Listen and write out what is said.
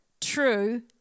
true